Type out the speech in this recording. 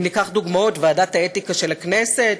אם ניקח דוגמאות, ועדת האתיקה של הכנסת